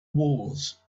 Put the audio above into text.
wars